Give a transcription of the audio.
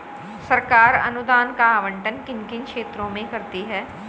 सरकार अनुदान का आवंटन किन किन क्षेत्रों में करती है?